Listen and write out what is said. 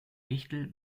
wichtel